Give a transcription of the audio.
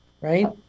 Right